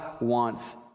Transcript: wants